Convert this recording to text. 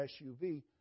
SUV